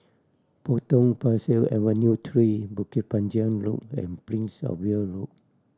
Potong Pasir Avenue Three Bukit Panjang Loop and Princess Of Wale Road